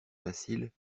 facile